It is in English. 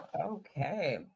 Okay